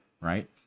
right